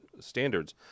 standards